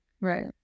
Right